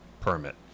permit